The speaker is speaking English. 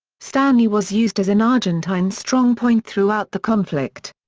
stanley was used as an argentine strongpoint throughout the conflict.